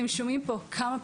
שוב אני אומרת,